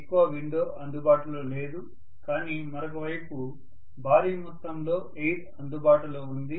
ఎక్కువ విండో అందుబాటులో లేదు కాని మరొక వైపు భారీ మొత్తంలో ఎయిర్ అందుబాటులో ఉంది